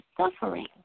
suffering